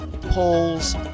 polls